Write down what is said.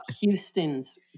Houston's